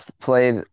played